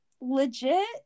legit